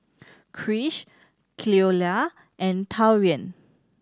Krish Cleola and Taurean